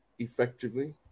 effectively